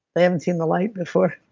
they haven't seen the light before.